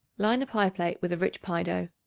line a pie-plate with a rich pie-dough.